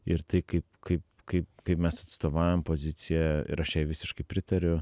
ir tai kaip kaip kaip kaip mes atstovaujam poziciją ir aš jai visiškai pritariu